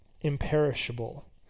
imperishable